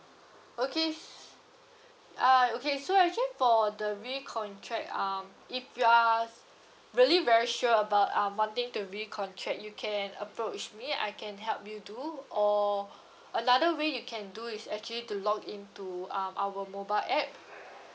okay uh okay so actually for the recontract um if you are really very sure about uh wanting to recontract you can approach me I can help you do or another way you can do is actually to login to um our mobile app